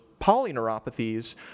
polyneuropathies